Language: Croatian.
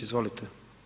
Izvolite.